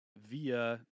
via